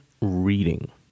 reading